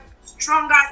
stronger